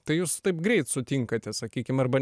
tai jūs taip greit sutinkate sakykim arba